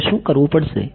મારે શું કરવું પડશે